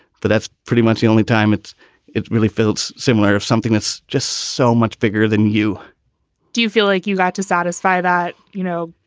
but that's pretty much the only time it's it's really felt similar if something that's just so much bigger than you do, you feel like you've got to satisfy that, you know,